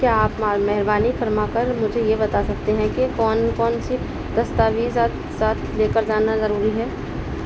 کیا آپ ما مہربانی فرما کر مجھے یہ بتا سکتے ہیں کہ کون کون سی دستاویزات ساتھ لے کر جانا ضروری ہے